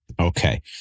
Okay